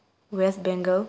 west Bengal